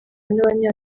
n’abanya